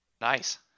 nice